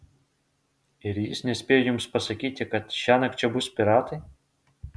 ir jis nespėjo jums pasakyti kad šiąnakt čia bus piratai